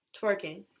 twerking